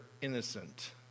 innocent